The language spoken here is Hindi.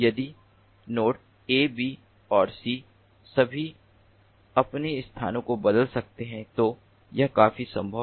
यदि नोड ए बी और सी सभी अपने स्थानों को बदल सकते हैं तो यह काफी संभव है